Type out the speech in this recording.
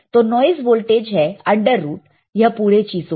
तो noise voltage है under root यह पूरे चीजों का